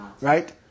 Right